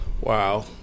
Wow